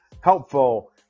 helpful